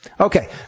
Okay